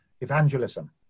evangelism